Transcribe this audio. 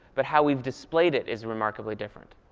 but how we've displayed it is remarkably different.